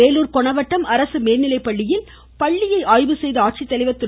வேலூர் கொணவட்டம் அரசு மேல்நிலைப்பள்ளியில் பள்ளியை ஆய்வு செய்த ஆட்சித்தலைவா் திரு